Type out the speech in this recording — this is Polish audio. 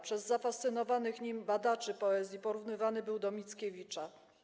Przez zafascynowanych nim badaczy poezji porównywany był do Mickiewicza.